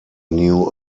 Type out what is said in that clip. new